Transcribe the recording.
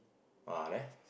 ah there